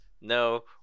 no